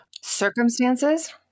circumstances